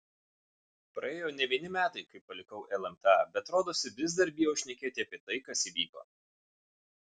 praėjo ne vieni metai kai palikau lmta bet rodosi vis dar bijau šnekėti apie tai kas įvyko